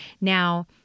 Now